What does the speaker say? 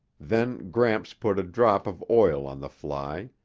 then gramps put a drop of oil on the fly,